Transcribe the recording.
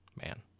man